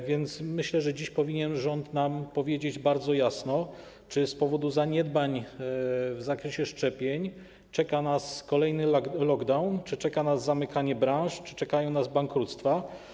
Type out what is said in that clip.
A więc myślę, że dziś rząd powinien nam powiedzieć bardzo jasno, czy z powodu zaniedbań w zakresie szczepień czeka nas kolejny lockdown, czy czeka nas zamykanie branż, czy czekają nas bankructwa.